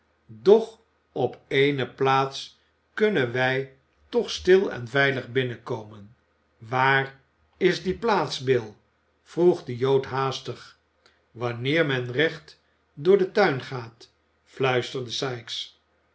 doch op ééne plaats kunnen wij toch stil en veilig binnenkomen waar is die plaats bill vroeg de jood haastig wanneer men recht door den tuin gaat fluisterde sikes